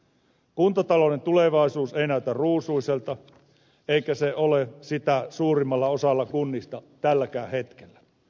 kuntatalouden tulevaisuus ei näytä ruusuiselta eikä se ole sitä suurimmalla osalla kunnista tälläkään hetkellä